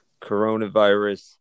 coronavirus